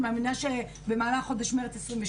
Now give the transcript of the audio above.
אני מאמינה שבמהלך חודש מרץ 2022